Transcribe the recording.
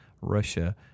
Russia